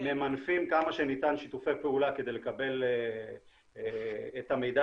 ממנפים כמה שניתן שיתופי פעולה כדי לקבל את המידע